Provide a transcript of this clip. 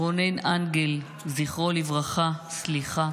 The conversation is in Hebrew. רונן אנגל, זכרו לברכה, סליחה.